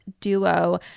duo